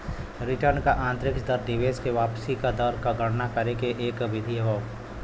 return क आंतरिक दर निवेश क वापसी क दर क गणना करे के एक विधि हौ